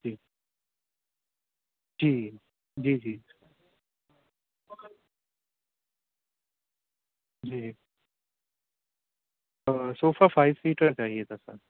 جی جی جی جی جی جی جی صوفہ فائیو سیٹر چاہیے تھا سر